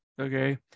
Okay